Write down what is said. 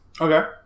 Okay